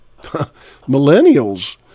millennials